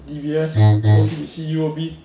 D_B_S O_C_B_C U_O_B